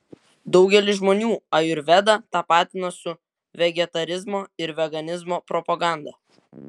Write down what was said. daugelis žmonių ajurvedą tapatina su vegetarizmo ir veganizmo propaganda